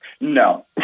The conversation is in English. No